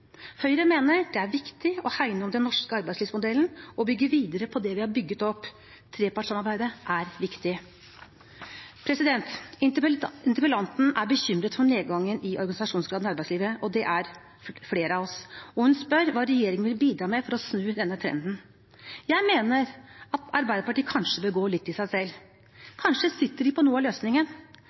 Høyre mener det er viktig å hegne om den norske arbeidslivsmodellen og bygge videre på det vi har bygget opp. Trepartssamarbeidet er viktig. Interpellanten er bekymret for nedgangen i organisasjonsgraden i arbeidslivet. Det er flere av oss. Hun spør hva regjeringen vil bidra med for å snu denne trenden. Jeg mener at Arbeiderpartiet kanskje bør gå litt i seg selv, kanskje sitter de på noe av løsningen.